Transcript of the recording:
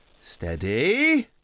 Steady